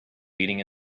leading